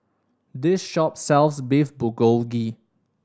this shop sells Beef Bulgogi